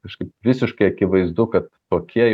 kažkaip visiškai akivaizdu kad tokie